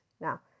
Now